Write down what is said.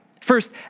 First